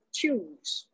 choose